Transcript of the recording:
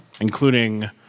including